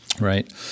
Right